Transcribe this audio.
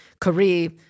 career